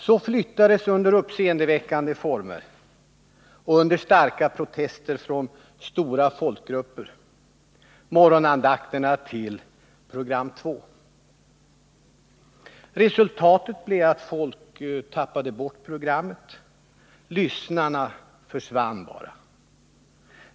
Så flyttades under uppseendeväckande former och under starka protester från stora folkgrupper radions morgonandakt till program 2. Resultatet blev att folk tappade bort programmet, lyssnarna bara försvann.